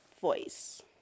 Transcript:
voice